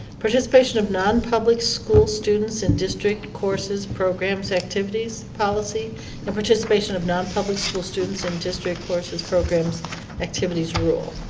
participation of non-public school students in district courses programs activities policy and participation of non-public school students in district courses programs activities rule.